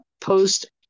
post